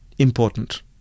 important